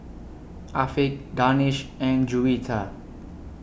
Afiq Danish and Juwita